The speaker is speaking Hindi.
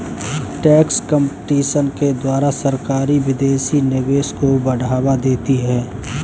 टैक्स कंपटीशन के द्वारा सरकारी विदेशी निवेश को बढ़ावा देती है